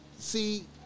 See